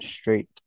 straight